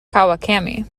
kawakami